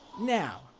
Now